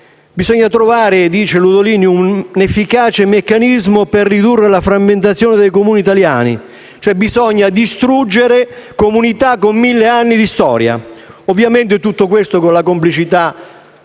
bisogna trovare un efficace meccanismo per ridurre la frammentazione dei Comuni italiani: bisogna cioè distruggere comunità con 1.000 anni di storia; ovviamente, tutto questo con la complicità